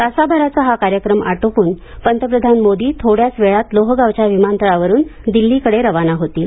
तासाभराचा हा कार्यक्रम आटोपून पंतप्रधान मोदी थोड्याच वेळात लोहगावच्या विमानतळावरून दिल्लीकडे रवाना होतील